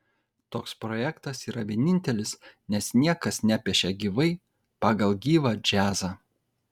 toks projektas yra vienintelis nes niekas nepiešia gyvai pagal gyvą džiazą